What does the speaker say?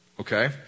Okay